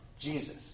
Jesus